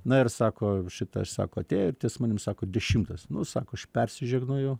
na ir sako šitą ir sako tėtis manim sako dešimtas nu sako aš persižegnoju